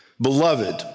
Beloved